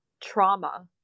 trauma